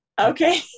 Okay